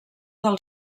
del